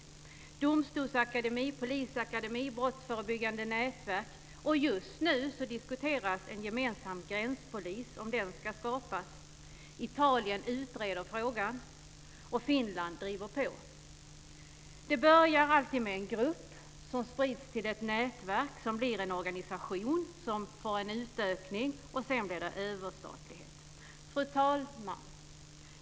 Det är domstolsakademi, polisakademi och brottsförebyggande nätverk. Just nu diskuteras om en gemensam gränspolis ska skapas. Italien utreder frågan, och Finland driver på. Det börjar alltid med en grupp, som sprids till ett nätverk, som blir en organisation, som får en utökning, och sedan blir det överstatlighet. Fru talman!